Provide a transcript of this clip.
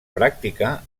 pràctica